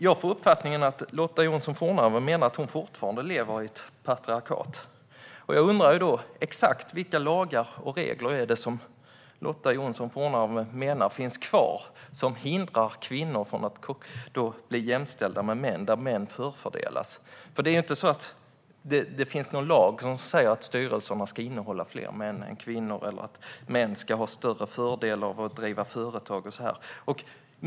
Jag får uppfattningen att Lotta Johnsson Fornarve menar att hon fortfarande lever i ett patriarkat. Då undrar jag: Exakt vilka lagar och regler är det som Lotta Johnsson Fornarve menar finns kvar som hindrar kvinnor från att bli jämställda med män och där kvinnor förfördelas? Det finns inte någon lag som säger att styrelserna ska innehålla fler män än kvinnor eller att män ska ha större fördel av att driva företag.